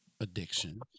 addiction